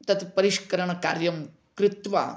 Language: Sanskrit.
तत् परिष्करणकार्यं कृत्वा